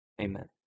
Amen